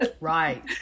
right